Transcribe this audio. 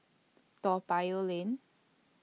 Toa Payoh Lane